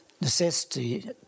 necessity